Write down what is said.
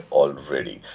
already